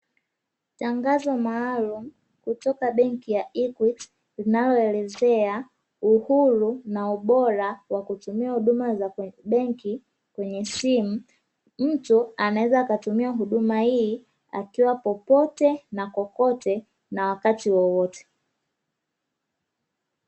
Tangazo maalumu kutoka benki ya "equity" linaloelezea uhuru na ubora wa kutumiwa huduma za benki kwenye simu, mtu anaweza akatumia huduma hii akiwa popote na kokote na wakati wowote.